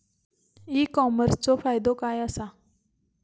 E कॉमर्सचो फायदो काय असा?